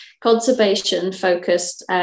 conservation-focused